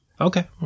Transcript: Okay